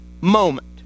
moment